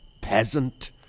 peasant